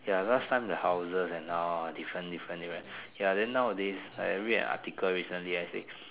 ya last time the houses and now are different different right ya then nowadays I read an article recently I think